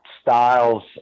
styles